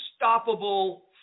unstoppable